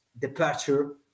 departure